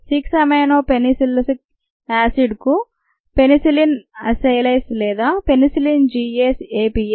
6 amino penicillanic యాసిడ్కు penicillin acylase లేదా penicillin G 6 APA